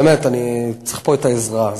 באמת, אני צריך פה את העזרה.